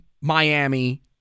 Miami